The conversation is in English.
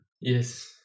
Yes